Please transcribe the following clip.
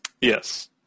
Yes